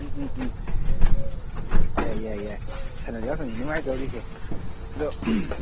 ꯎꯝ ꯎꯝ ꯎꯝ ꯌꯥꯏ ꯌꯥꯏ ꯌꯥꯏ ꯑꯁ ꯍꯟꯗꯛꯀꯤ ꯌꯥꯎꯁꯪꯁꯤꯗꯤ ꯅꯨꯡꯉꯥꯏꯗꯧꯔꯤꯍꯦ ꯑꯗꯣ